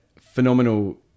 phenomenal